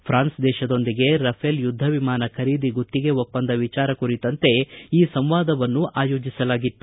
France ದೇಶದೊಂದಿಗೆ Rafale ಯುದ್ಧ ವಿಮಾನ ಖರೀದಿ ಗುತ್ತಿಗೆ ಒಪ್ಪಂದ ವಿಚಾರ ಕುರಿತಂತೆ ಈ ಸಂವಾದವನ್ನು ಆಯೋಜಿಸಲಾಗಿತ್ತು